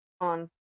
on